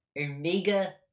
Omega